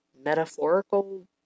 metaphorical